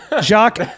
Jacques